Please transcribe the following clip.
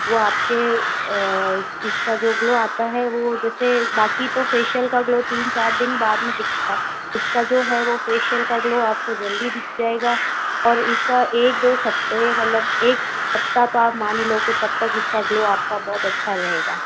वो आपके इसका जो ग्लो आता है वो जैसे बाकी तो फेशयल का ग्लो तीन चार दिन बाद में दिखता है इसका जो है वो फेशियल का ग्लो आपको जल्दी दिख जाएगा और इसका एक दो हफ्ते मतलब एक सप्ताह तो आप मान ही लो कि तब तक इसका ग्लो आपका बहुत अच्छा रहेगा